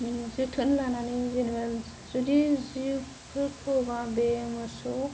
माने जोथोन लानानै जेनेबा जुदि जिबफोरखौ बा बे मोसौ